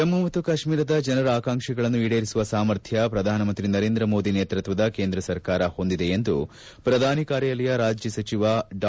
ಜಮ್ನು ಮತ್ತು ಕಾಶ್ವೀರದ ಜನರ ಆಕಾಂಕ್ಷೆಗಳನ್ನು ಈಡೇರಿಸುವ ಸಾಮರ್ಥ್ಯ ಪ್ರಧಾನಮಂತ್ರಿ ನರೇಂದ್ರ ಮೋದಿ ನೇತೃತ್ವದ ಕೇಂದ್ರ ಸರ್ಕಾರ ಹೊಂದಿದೆ ಎಂದು ಪ್ರಧಾನಿ ಕಾರ್ಯಾಲಯ ರಾಜ್ಯ ಸಚಿವ ಡಾ